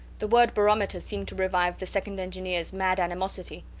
the word barometer seemed to revive the second engineers mad animosity.